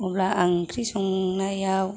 अब्ला आं ओंख्रि संनायाव